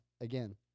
again